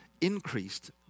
increased